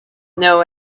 know